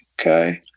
okay